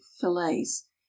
fillets